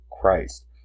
Christ